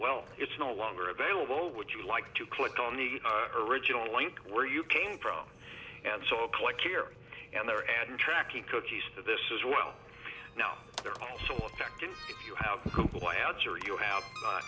well it's no longer available would you like to click on the original link where you came from and saw a click here and there and tracking cookies that this is well now they're also affecting if you have